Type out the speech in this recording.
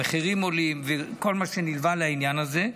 המחירים עולים וכל מה שנלווה לעניין הזה.